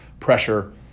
pressure